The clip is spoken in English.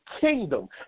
kingdom